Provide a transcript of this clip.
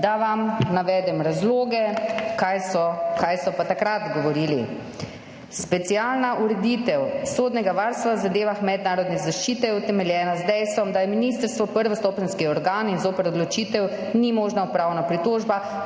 Da vam navedem razloge, kaj so pa takrat govorili: specialna ureditev sodnega varstva v zadevah mednarodne zaščite je utemeljena z dejstvom, da je ministrstvo prvostopenjski organ in zoper odločitev ni možna upravna pritožba,